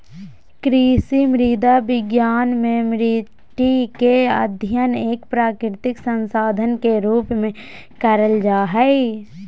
कृषि मृदा विज्ञान मे मट्टी के अध्ययन एक प्राकृतिक संसाधन के रुप में करल जा हई